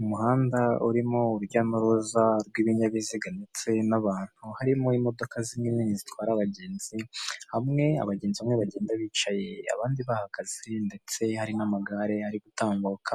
Umuhanda urimo urujya n'uruza rw'ibinyabiziga ndetse n'abantu, harimo imodoka zimwe zitwara abagenzi hamwe abagenzi bamwe bagenda bicaye abandi bahagaze, ndetse hari n'amagare ari gutambuka,